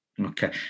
Okay